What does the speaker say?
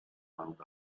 round